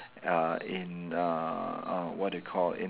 uh in uh uh what do you call